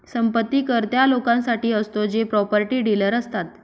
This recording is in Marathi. संपत्ती कर त्या लोकांसाठी असतो जे प्रॉपर्टी डीलर असतात